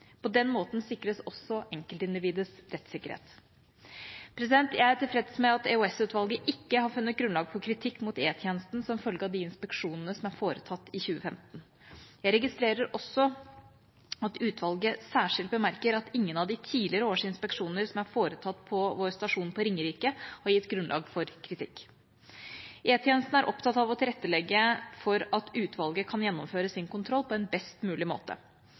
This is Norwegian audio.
På den måten sikres også enkeltindividets rettssikkerhet. Jeg er tilfreds med at EOS-utvalget ikke har funnet grunnlag for kritikk mot E-tjenesten som følge av de inspeksjonene som er foretatt i 2015. Jeg registrerer også at utvalget særskilt bemerker at ingen av de tidligere års inspeksjoner som er foretatt på vår stasjon på Ringerike, har gitt grunnlag for kritikk. E-tjenesten er opptatt av å tilrettelegge for at utvalget kan gjennomføre sin kontroll på en best mulig måte.